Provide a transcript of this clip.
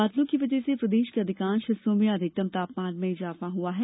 बादलों की वजह से प्रदेश के अधिकांश हिस्सों में अधिकतम तापमान में इजाफा हुआ है